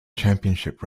championship